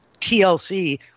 TLC